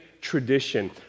tradition